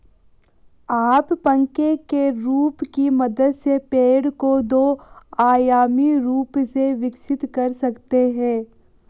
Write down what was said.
आप पंखे के रूप की मदद से पेड़ को दो आयामी रूप से विकसित कर सकते हैं